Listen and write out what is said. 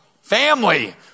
family